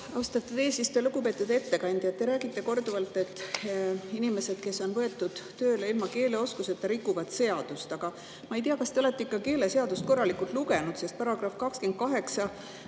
Austatud eesistuja! Lugupeetud ettekandja! Te räägite korduvalt, et inimesed, kes on võetud tööle ilma keeleoskuseta, rikuvad seadust. Aga ma ei tea, kas te olete ikka keeleseadust korralikult lugenud. Selle § 28